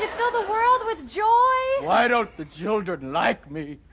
fill the world with joy. why don't the children like me?